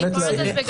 סליחה,